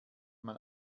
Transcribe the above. man